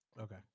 Okay